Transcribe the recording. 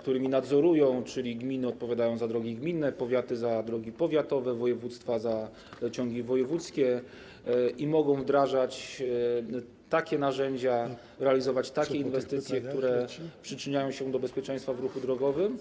które nadzorują, czyli gminy odpowiadają za drogi gminne, powiaty za drogi powiatowe, województwa za ciągi wojewódzkie, i mogą wdrażać takie narzędzia, realizować takie inwestycje, które przyczyniają się do bezpieczeństwa w ruchu drogowym.